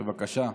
בבקשה.